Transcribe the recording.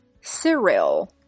Cereal